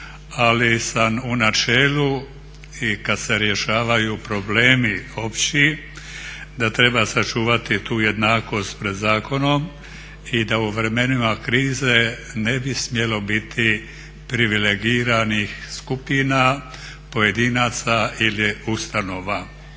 ali sam u načelu i kad se rješavaju problemi opći da treba sačuvati tu jednakost pred zakonom i da u vremenima krize ne bi smjelo biti privilegiranih skupina, pojedinaca ili ustanova.